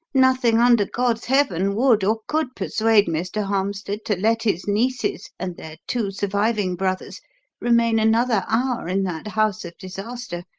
nothing under god's heaven would or could persuade mr. harmstead to let his nieces and their two surviving brothers remain another hour in that house of disaster.